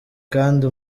kandi